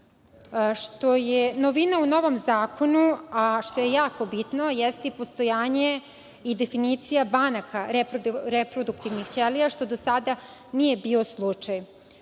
je novina u novom zakonu, a što je jako bitno jeste postojanje i definicija banaka reproduktivnih ćelija, što do sada nije bio slučaj.